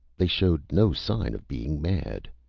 they showed no sign of being mad.